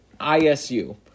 ISU